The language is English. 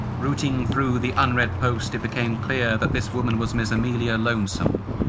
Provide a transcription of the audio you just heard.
rooting through the unread post, it became clear that this woman was ms emilia lonesome.